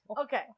Okay